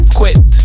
quit